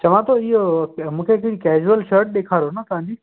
चवां थो इहो मूंखे हिकिड़ी केज़ुअल शर्ट ॾेखारो न तव्हांजी